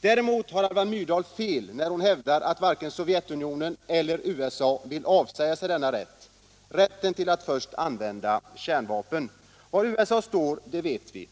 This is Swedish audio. Däremot har Alva Myrdal fel när hon hävdar att varken Sovjetunionen eller USA vill avsäga sig denna rätt, rätten till att först använda kärnvapen. Var USA står, det vet vi.